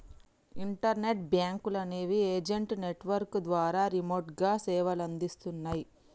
internet బ్యేంకులనేవి agent network ద్వారా రిమోట్గా సేవలనందిస్తన్నయ్